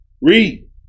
Read